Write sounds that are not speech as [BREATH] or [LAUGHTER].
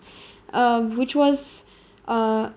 [BREATH] uh which was uh